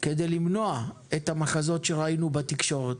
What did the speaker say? כדי למנוע את המחזות שראינו בתקשורת.